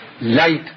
light